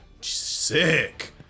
Sick